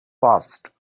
passed